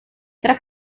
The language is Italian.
tra